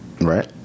right